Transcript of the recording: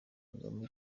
kagame